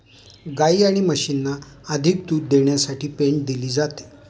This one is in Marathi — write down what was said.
गायी आणि म्हशींना अधिक दूध देण्यासाठी पेंड दिली जाते